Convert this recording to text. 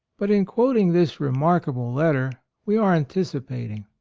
but in quoting this remark able letter we are anticipating.